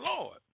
Lord